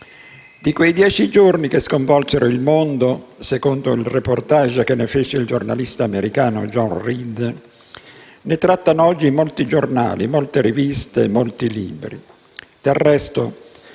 Di quei «dieci giorni che sconvolsero il mondo», secondo il *reportage* che ne fece il giornalista americano John Reed, trattano oggi molti giornali, molte riviste e molti libri.